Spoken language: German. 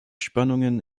spannungen